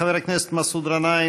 חבר הכנסת מסעוד גנאים,